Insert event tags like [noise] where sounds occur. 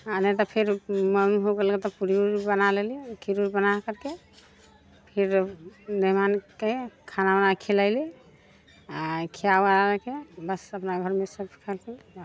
आओर नहि तऽ फेर मन हो गेलै तऽ पूरी उरी बना लेली खीर उर बना करके फिर मेहमानके खाना वाना खिलेली आओर खिया वियाके बस अपना घरमे सभ [unintelligible]